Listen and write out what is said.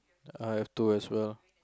I have two as well